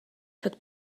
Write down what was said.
took